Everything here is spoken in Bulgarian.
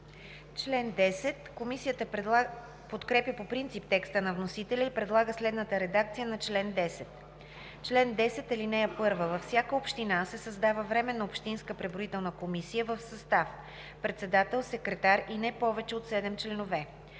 Комисията подкрепя по принцип текста на вносителя и предлага следната редакция на чл. 10: „Чл. 10. (1) Във всяка община се създава временна общинска преброителна комисия в състав – председател, секретар и не повече от 7 членове.